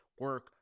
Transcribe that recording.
Work